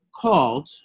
called